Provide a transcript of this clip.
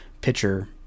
pitcher